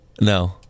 No